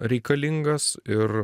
reikalingas ir